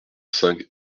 cinq